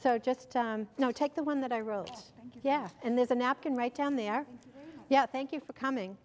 so just take the one that i wrote yeah and there's a napkin right down there yeah thank you for coming